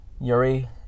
Yuri